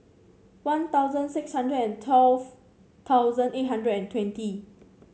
One Thousand six hundred and twelve thousand eight hundred and twenty